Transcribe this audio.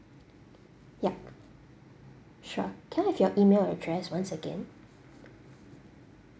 yup sure can I have your email address once again